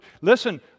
Listen